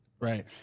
Right